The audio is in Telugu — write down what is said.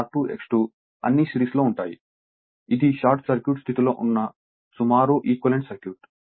కాబట్టి ఇది షార్ట్ సర్క్యూట్ స్థితిలో ఉన్న సుమారు ఈక్వాలెంట్ సర్క్యూట్